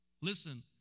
listen